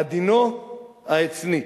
עדינו העצני.